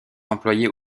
employait